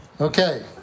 Okay